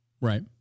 Right